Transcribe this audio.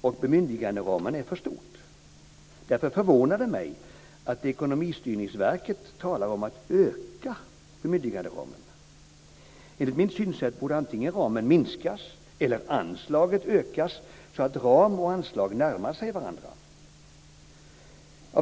och bemyndiganderamen är för stor. Därför förvånar det mig att Ekonomistyrningsverket talar om att öka bemyndiganderamen. Enligt mitt synsätt borde ramen antingen minskas eller anslaget ökas så att ram och anslag närmar sig varandra.